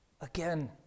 Again